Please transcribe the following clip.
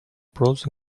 pros